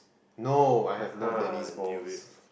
no I have no tennis balls